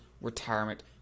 retirement